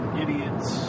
idiots